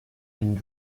and